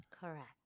Correct